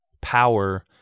power